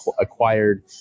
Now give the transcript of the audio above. acquired